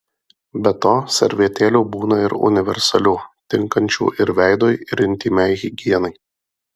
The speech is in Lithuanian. be to servetėlių būna ir universalių tinkančių ir veidui ir intymiai higienai